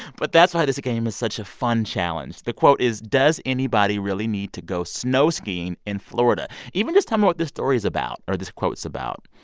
but that's why this game is such a fun challenge. the quote is, does anybody really need to go snow skiing in florida? even just tell me what this story's about or this quote about.